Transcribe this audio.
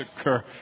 occur